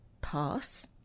pass